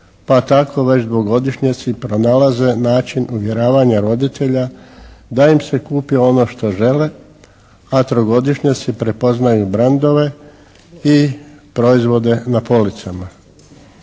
pa tako već dvogodišnjaci pronalaze način uvjeravanja roditelja da im se kupi ono što žele, a trogodišnjaci prepoznaju brendove i proizvode na policama.